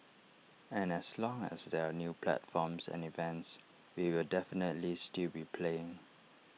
and as long as there are new platforms and events we will definitely still be playing